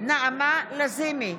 נעמה לזימי,